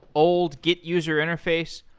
old git user interface?